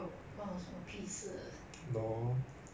there's no such thing as lousy